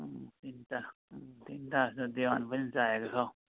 अँ तिनटा अँ तिनटा जस्तो दिवान पनि चाहिएको छ हौ